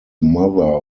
mother